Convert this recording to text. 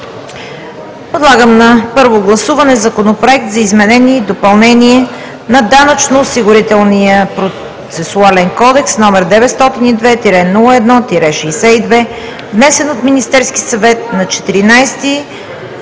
Подлагам на първо гласуване Законопроекта за изменение и допълнение на Данъчно-осигурителния процесуален кодекс, № 902-01-62, внесен от Министерския съвет на 14